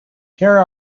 here